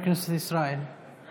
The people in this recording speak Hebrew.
לפעמים יש להם אילוצים שונים ומשונים שלא